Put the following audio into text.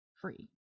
free